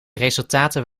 resultaten